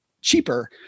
cheaper